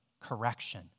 correction